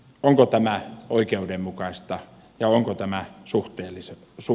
onko tämä oikeudenmukaista ja onko tämä suhteellista